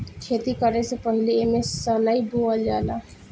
खेती करे से पहिले एमे सनइ बोअल जाला